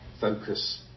focus